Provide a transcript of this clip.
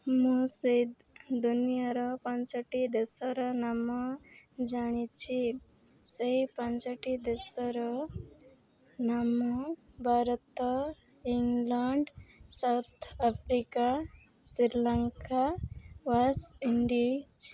ମୁଁ ସେଇ ଦୁନିଆର ପାଞ୍ଚଟି ଦେଶର ନାମ ଜାଣିଛି ସେଇ ପାଞ୍ଚଟି ଦେଶର ନାମ Bharat England south Africa Sri Lanka West Indies